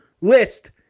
list